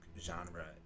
genre